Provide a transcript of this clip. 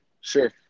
Sure